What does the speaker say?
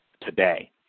today